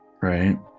Right